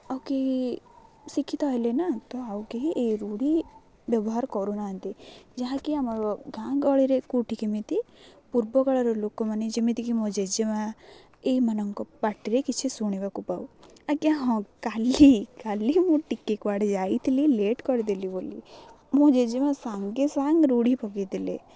ଆଉ କେହି ଶିକ୍ଷିତ ହେଲେ ନା ତ ଆଉ କେହି ଏ ରୂଢ଼ି ବ୍ୟବହାର କରୁନାହାନ୍ତି ଯାହାକି ଆମର ଗାଁ ଗହଳିରେ କେଉଁଠି କେମିତି ପୂର୍ବ କାଳର ଲୋକମାନେ ଯେମିତିକି ମୋ ଜେଜେମା' ଏଇମାନଙ୍କ ପାଟିରେ କିଛି ଶୁଣିବାକୁ ପାଉ ଆଜ୍ଞା ହଁ କାଲି କାଲି ମୁଁ ଟିକିଏ କୁଆଡ଼େ ଯାଇଥିଲି ଲେଟ୍ କରିଦେଲି ବୋଲି ମୋ ଜେଜେମା' ସାଙ୍ଗେ ସାଙ୍ଗ ରୂଢ଼ି ପକେଇଦେଲେ